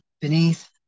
Beneath